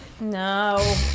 No